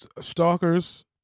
stalkers